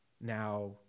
now